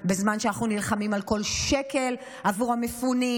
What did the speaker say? בזמן שאנחנו נלחמים על כל שקל עבור המפונים,